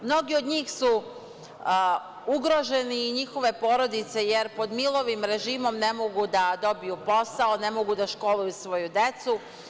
Mnogi od njih su ugroženi i njihove porodice, jer pod Milovim režimom ne mogu da dobiju posao, ne mogu da školuju svoju decu.